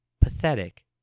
pathetic